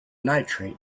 nitrate